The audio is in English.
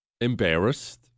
Embarrassed